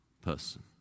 person